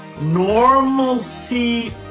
normalcy